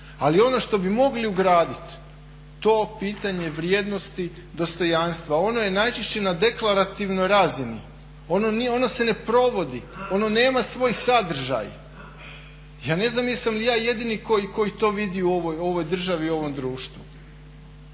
ali ono što bi mogli ugraditi to pitanje vrijednosti dostojanstva. Ono je najčešće na deklarativnoj razini, ono se ne provodi, ono nema svoj sadržaj. Ja ne znam jesam li ja jedini koji to vidi u ovoj državi, u ovom društvu.